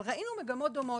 אבל ראינו מגמות דומות,